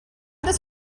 this